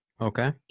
Okay